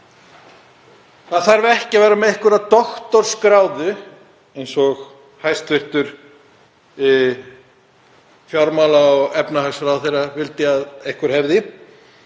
Það þarf ekki að vera með doktorsgráðu, eins og hæstv. fjármála- og efnahagsráðherra vildi að einhver hefði,